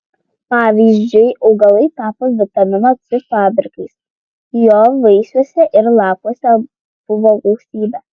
pavyzdžiui augalai tapo vitamino c fabrikais jo vaisiuose ir lapuose buvo gausybė